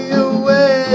away